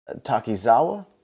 Takizawa